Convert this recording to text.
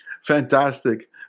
Fantastic